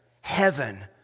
heaven